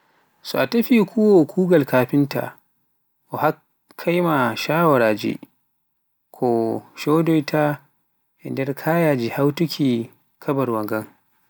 so a tefi kuuwoowo kuugal kafinta, o hokkai ma shaawariji ko codoyta e nder kayaji hawtuki kabarwa ngan.